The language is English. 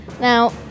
Now